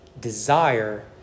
Desire